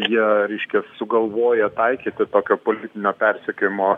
jie reiškias sugalvoja taikyti tokio politinio persekiojimo